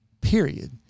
period